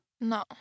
No